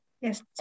Yes